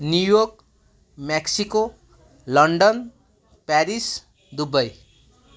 New York Mexico London Paris Dubai